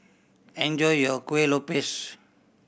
enjoy your Kuih Lopes